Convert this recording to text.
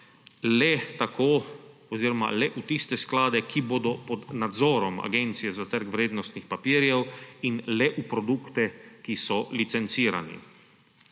lahko vlagali le v sklade, ki so pod nadzorom Agencije za trg vrednostnih papirjev, in v produkte, ki so licencirani.